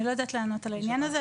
אני לא יודעת לענות על העניין הזה,